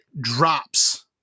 drops